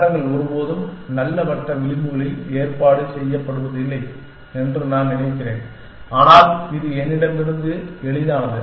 நகரங்கள் ஒருபோதும் நல்ல வட்ட விளிம்புகளில் ஏற்பாடு செய்யப்படுவதில்லை என்று நான் நினைக்கிறேன் ஆனால் இது என்னிடமிருந்து எளிதானது